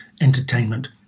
entertainment